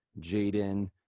Jaden